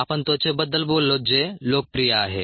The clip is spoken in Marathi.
आपण त्वचेबद्दल बोललो जे लोकप्रिय आहे